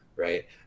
Right